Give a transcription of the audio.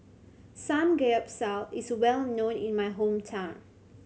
samgeyopsal is well known in my hometown